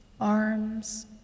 arms